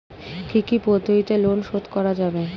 কি কি পদ্ধতিতে লোন শোধ করা যাবে?